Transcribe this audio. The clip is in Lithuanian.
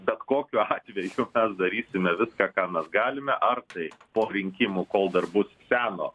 bet kokiu atveju mes darysime viską ką mes galime ar tai po rinkimų kol dar bus seno